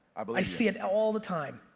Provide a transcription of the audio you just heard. i but i see it all the time.